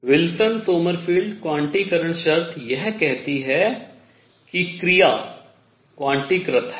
Wilson Sommerfeld क्वांटीकरण शर्त यह कहती है कि क्रिया क्वांटीकृत है